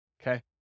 okay